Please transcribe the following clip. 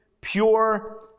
pure